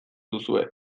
duzue